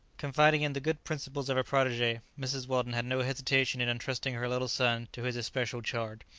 confiding in the good principles of her protege, mrs. weldon had no hesitation in entrusting her little son to his especial charge.